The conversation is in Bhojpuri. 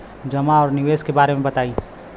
जमा और निवेश के बारे मे बतायी?